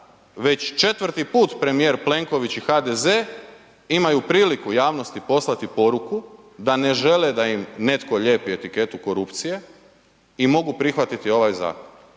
već četvrti put premijer Plenković i HDZ imaju priliku javnosti poslati poruku da ne žele da im netko lijepi etiketu korupciju i mogu prihvatiti ovaj zakon,